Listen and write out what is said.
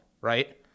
right